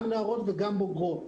גם נערות וגם בוגרות.